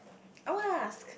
I will ask